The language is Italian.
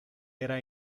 era